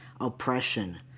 oppression